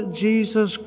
Jesus